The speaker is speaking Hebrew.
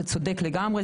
אתה צודק לגמרי,